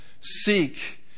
seek